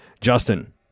Justin